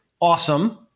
awesome